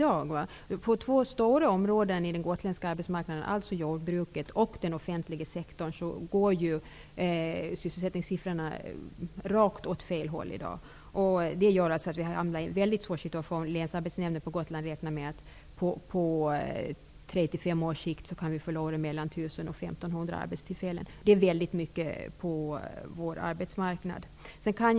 Det gäller två stora områden inom den gotländska arbetsmarknaden, dvs. jordbruket och den offentliga sektorn, där sysselsättningssiffrorna går åt helt fel håll i dag. Det gör att vi har hamnat i en mycket svår situation. Länsarbetsnämnden på Gotland räknar med att vi på tre till fem års sikt kan förlora mellan 1 000 och 1 500 arbetstillfällen. Det är väldigt mycket på vår arbetsmarknad.